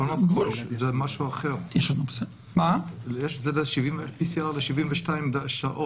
בכל מקום זה משהו אחר: יש PCR ל-72 שעות,